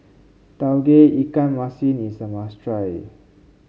Tauge Ikan Masin is a must try